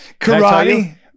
karate